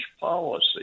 policy